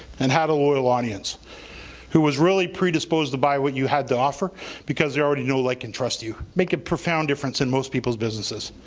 and have a loyal audience who was really predisposed to buy what you had to offer because they already know, like and trust you. make a profound difference in most people's businesses.